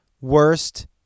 worst